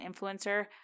influencer